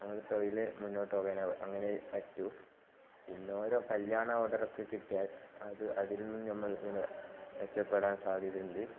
നമ്മുടെ തൊഴിൽ മുന്നോട്ട് പോകാൻ അങ്ങനെ പറ്റൂ പിന്നെ ഓരോ കല്യാണ ഓർഡർ ഒക്കെ കിട്ടിയാൽ അത് അതിൽ നിന്ന് നമ്മൾ ഇങ്ങനെ മെച്ചപെടാൻ സാധ്യതയുണ്ട്